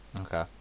Okay